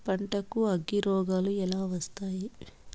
పంటకు అగ్గిరోగాలు ఎలా వస్తాయి?